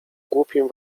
głupim